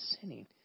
sinning